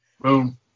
Boom